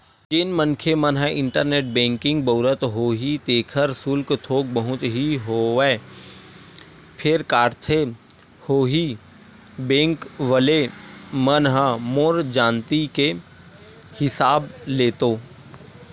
जेन मनखे मन ह इंटरनेट बेंकिग बउरत होही तेखर सुल्क थोक बहुत ही होवय फेर काटथे होही बेंक वले मन ह मोर जानती के हिसाब ले तो